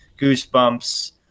goosebumps